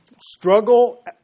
struggle